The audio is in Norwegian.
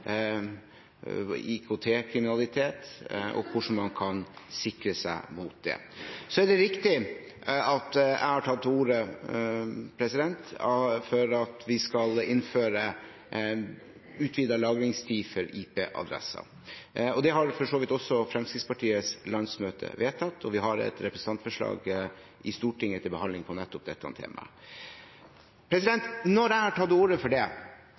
og hvordan man kan sikre seg mot det. Det er riktig at jeg har tatt til orde for at vi skal innføre utvidet lagringstid for IP-adresser. Det har for så vidt også Fremskrittspartiets landsmøte vedtatt, og vi har et representantforslag til behandling i Stortinget om nettopp dette temaet. Når jeg har tatt til orde for det,